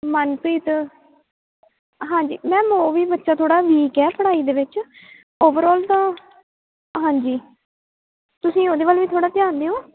ਮਨਪ੍ਰੀਤ ਹਾਂਜੀ ਮੈਮ ਉਹ ਵੀ ਬੱਚਾ ਥੋੜ੍ਹਾ ਵੀਕ ਹੈ ਪੜ੍ਹਾਈ ਦੇ ਵਿੱਚ ਓਵਰਆਲ ਤਾਂ ਹਾਂਜੀ ਤੁਸੀਂ ਉਹਦੇ ਵੱਲ ਵੀ ਥੋੜ੍ਹਾ ਧਿਆਨ ਦਿਓ